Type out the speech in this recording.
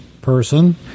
person